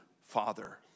father